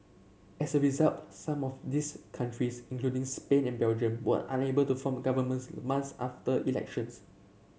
as a result some of these countries including Spain and Belgium were unable to form governments months after elections